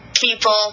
people